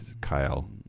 Kyle